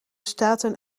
staten